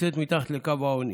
נמצאת מתחת לקו העוני.